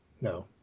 no